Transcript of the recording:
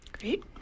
Great